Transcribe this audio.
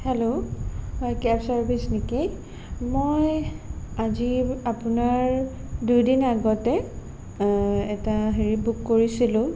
hello হয় cab service নেকি মই আজি আপোনাৰ দুদিন আগতে এটা হেৰি বুক কৰিছিলোঁ